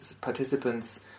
participant's